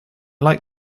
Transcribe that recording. like